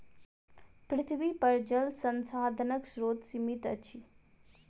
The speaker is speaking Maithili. पृथ्वीपर जल संसाधनक स्रोत सीमित अछि